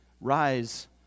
rise